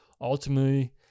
ultimately